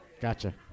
Gotcha